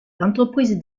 l’entreprise